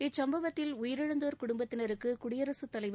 இச்சுப்பவத்தில் உயிரிழந்தோர் குடும்பத்தினருக்கு குடியரசுத் தலைவர்